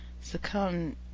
Succumb